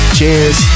Cheers